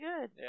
good